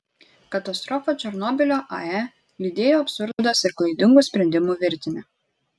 katastrofą černobylio ae lydėjo absurdas ir klaidingų sprendimų virtinė